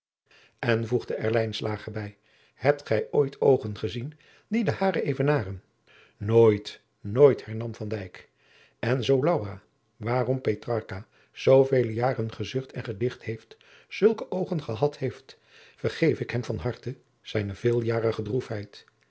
en voegde er lijnslager bij hebt gij ooit oogen gezien die de hare evenaren nooit nooit hernam van dijk en zoo laura waarom petrarcha zoovele jaren gezucht en gedicht heeft zulke oogen gehad heeft vergeef ik hem van harte zijne veeljarige